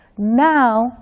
Now